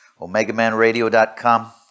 omegamanradio.com